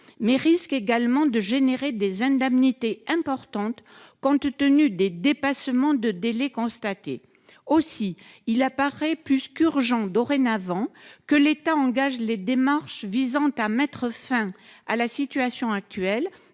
risque également de devoir acquitter des indemnités importantes, compte tenu des dépassements de délais constatés. Désormais, il est donc plus qu'urgent que l'État engage les démarches visant à mettre fin à la situation actuelle,